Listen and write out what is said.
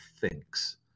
thinks